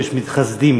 ויש מתחסדים,